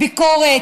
ביקורת,